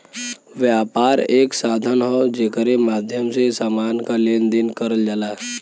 व्यापार एक साधन हौ जेकरे माध्यम से समान क लेन देन करल जाला